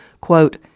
Quote